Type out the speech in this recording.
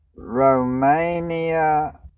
Romania